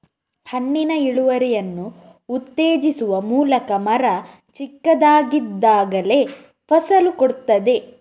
ಹಣ್ಣಿನ ಇಳುವರಿಯನ್ನು ಉತ್ತೇಜಿಸುವ ಮೂಲಕ ಮರ ಚಿಕ್ಕದಾಗಿದ್ದಾಗಲೇ ಫಸಲು ಕೊಡ್ತದೆ